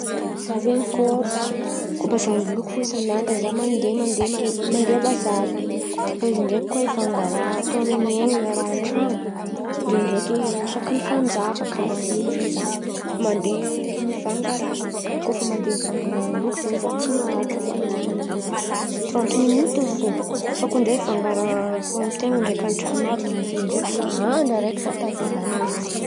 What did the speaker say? Zah zen̈y koa bazary loky fo bazary ny loky isanadra zah mandeha mandeha bazary fa izy ndraiky koa hivanga raha atao amin̈'ny ain̈y na raha an-tran̈o ndraindraiky isaky ny fanjava zah mandeha mivanga raha. Koa fa mandeha mivanga raha ny loky zen̈y zah tsy maharitra fa eo amin̈'ny tranty minity eo fo. Fa koa ndraiky hivanga raha atao amin-ten̈a ndraiky atao an-tran̈o ndraiky zah andra araiky zah tevala an̈y na tapakandra.